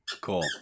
Cool